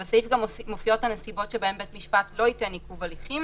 בסעיף גם מופיעות הנסיבות שבהן בית המשפט לא ייתן עיכוב הליכים.